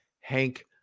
Hank